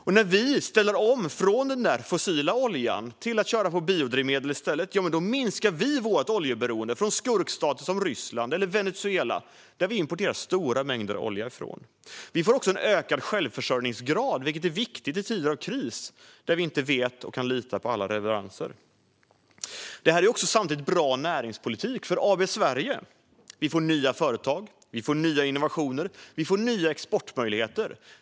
Och när vi ställer om från den där fossila oljan till att köra på biodrivmedel i stället minskar vi vårt oljeberoende av skurkstater som Ryssland eller Venezuela, som vi importerar stora mängder olja från. Vi får också en ökad självförsörjningsgrad, vilket är viktigt i tider av kris, då vi inte kan lita på alla leveranser. Det här är samtidigt bra näringspolitik för AB Sverige. Vi får nya företag, nya innovationer och nya exportmöjligheter.